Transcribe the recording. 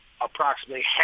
Approximately